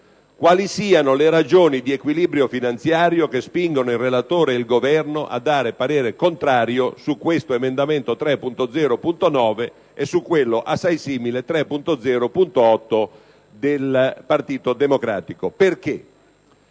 quali siano le ragioni di equilibrio finanziario che spingono il relatore ed il Governo a dare parere contrario sull'emendamento 3.0.9 (testo 2) e su quello assai simile, il 3.0.800, del Partito Democratico. La